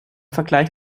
vergleich